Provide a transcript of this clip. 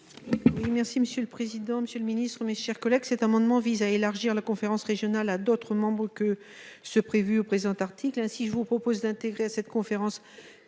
Merci monsieur le président, Monsieur le Ministre, mes chers collègues. Cet amendement vise à élargir la conférence régionale à d'autres membres que ceux prévus au présent article ainsi. Je vous propose d'intégrer à cette conférence.